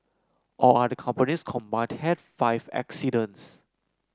all other companies combined had five accidents